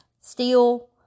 steel